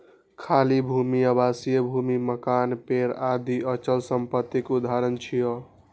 खाली भूमि, आवासीय भूमि, मकान, पेड़ आदि अचल संपत्तिक उदाहरण छियै